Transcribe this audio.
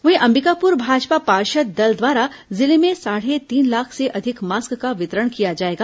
वहीं अंबिकापुर भाजपा पार्षद दल द्वारा जिले में साढ़े तीन लाख से अधिक मास्क का वितरण किया जाएगा